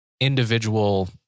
individual